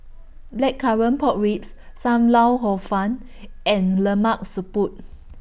Blackcurrant Pork Ribs SAM Lau Hor Fun and Lemak Siput